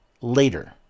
later